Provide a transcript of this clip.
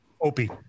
Opie